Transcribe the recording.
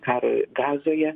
karui gazoje